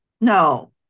no